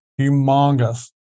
humongous